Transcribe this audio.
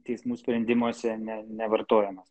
teismų sprendimuose ne nevartojamas